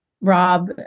Rob